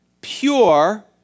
pure